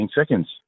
seconds